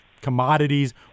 commodities